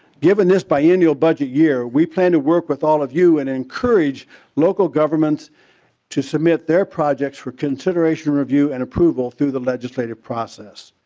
given this biennial budget year we plan to work with all of you and encourage local governments to submit their projects for consideration and approval through the legislative process.